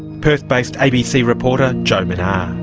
perth-based abc reporter jo menagh. i'm